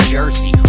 Jersey